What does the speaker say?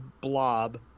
blob